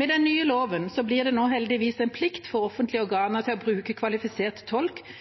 Med den nye loven blir det nå heldigvis en plikt for offentlige organer til å bruke kvalifisert tolk